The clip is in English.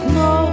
no